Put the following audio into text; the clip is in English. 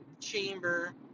chamber